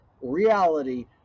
reality